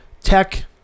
Tech